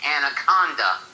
anaconda